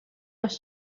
los